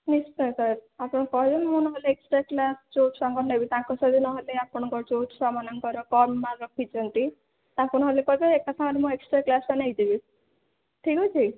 ନିଶ୍ଚୟ ସାର୍ ଆପଣ କହିବେ ମୁଁ ନହେଲେ ଏକ୍ସଟ୍ରା କ୍ଲାସ୍ ଯେଉଁ ଛୁଆଙ୍କର ନେବି ତାଙ୍କ ସହିତ ନହେଲେ ଆପଣଙ୍କର ଯେଉଁ ଛୁଆମାନଙ୍କର କମ୍ ମାର୍କ୍ ରଖିଛନ୍ତି ତାଙ୍କୁ ନହେଲେ କହିବେ ଏକା ସାଙ୍ଗରେ ମୁଁ ଏକ୍ସଟ୍ରା କ୍ଲାସ୍ଟା ନେଇଯିବି ଠିକ୍ ଅଛି